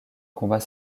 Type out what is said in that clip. combat